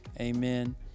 amen